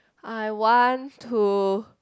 I want to